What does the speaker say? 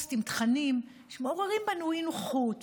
פוסט עם תכנים שמעוררים בנו אי-נוחות